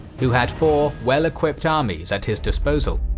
who had four well-equipped armies at his disposal.